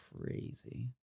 crazy